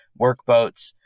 workboats